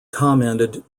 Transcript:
commented